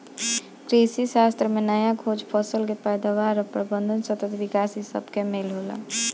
कृषिशास्त्र में नया खोज, फसल कअ पैदावार एवं प्रबंधन, सतत विकास इ सबके मेल होला